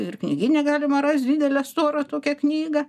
ir knygine galima rast didelę storą tokią knygą